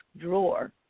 drawer